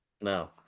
No